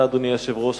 אדוני היושב-ראש,